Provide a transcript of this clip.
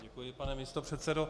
Děkuji, pane místopředsedo.